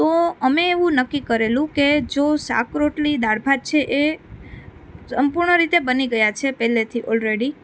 તો અમે એવું નક્કી કરેલું કે જો શાક રોટલી દાળ ભાત છે એ સંપૂર્ણ રીતે બની ગયાં છે પહેલેથી ઓલરેડી